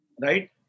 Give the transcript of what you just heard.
Right